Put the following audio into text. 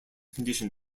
condition